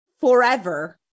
forever